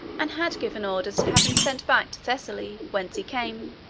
and had given orders to have him sent back to thessaly, whence he came.